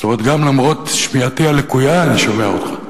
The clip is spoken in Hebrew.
זאת אומרת, למרות שמיעתי הלקויה, אני שומע אותך.